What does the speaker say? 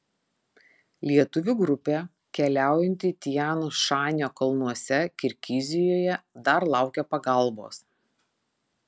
lietuvių grupė keliaujanti tian šanio kalnuose kirgizijoje dar laukia pagalbos